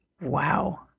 wow